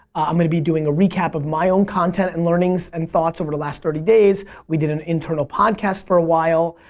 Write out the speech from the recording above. i'm going to be doing a recap of my own content and learnings and thoughts over the last thirty days, we did an internal podcast for a while.